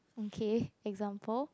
okay example